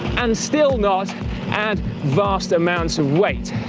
and still not add vast amounts of weight.